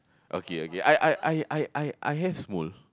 okay okay I I I I I I have